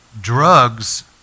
drugs